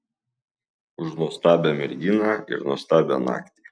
už nuostabią merginą ir nuostabią naktį